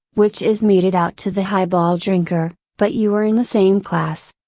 which is meted out to the highball drinker, but you are in the same class.